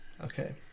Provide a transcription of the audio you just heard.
Okay